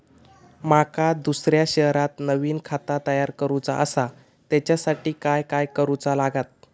माका दुसऱ्या शहरात नवीन खाता तयार करूचा असा त्याच्यासाठी काय काय करू चा लागात?